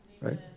Right